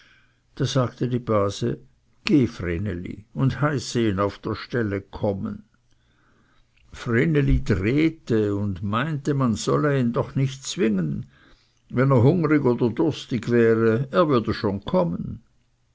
da sagte die base geh vreneli und heiße ihn auf der stelle kommen vreneli drehte und meinte man solle ihn doch nicht zwingen wenn er hungrig oder durstig wäre er würde schon kommen